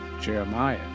Jeremiah